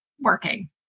working